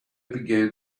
began